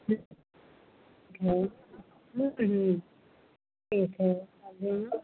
फिर कुछ और माँ कहियोन ए फॉर आजैयो